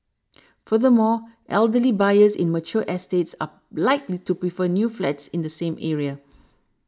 furthermore elderly buyers in mature estates are likely to prefer new flats in the same area